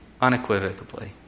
Unequivocally